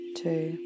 two